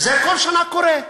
וכל שנה זה קורה.